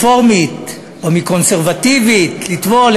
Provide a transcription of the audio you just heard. מרפורמית או מקונסרבטיבית לטבול.